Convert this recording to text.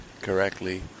correctly